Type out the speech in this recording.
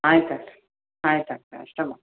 ಆಯ್ತು ಆಯ್ತು ರೀ ಆಯ್ತು ಆಯ್ತು ಅಷ್ಟೇ ಮಾ